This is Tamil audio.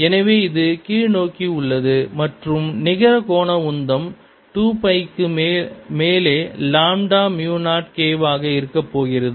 எனவே இது கீழ்நோக்கி உள்ளது மற்றும் நிகர கோண உந்தம் 2 பை க்கு மேலே லாம்டா மியூ 0 K வாக இருக்கப்போகிறது